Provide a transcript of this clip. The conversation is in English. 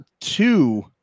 two